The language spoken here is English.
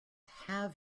have